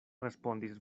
respondis